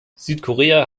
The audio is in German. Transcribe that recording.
südkorea